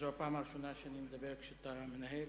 זו הפעם הראשונה שאני מדבר כשאתה מנהל.